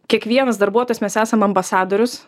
kiekvienas darbuotojas mes esam ambasadorius